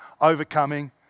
overcoming